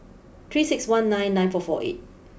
three six one nine nine four four eight